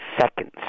seconds